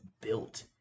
built